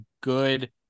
good